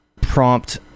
prompt